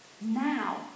now